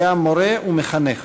היה מורה ומחנך.